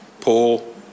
Paul